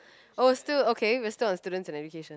oh still okay we're still on students and education